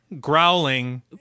growling